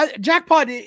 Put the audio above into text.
Jackpot